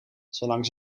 zolang